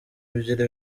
ebyiri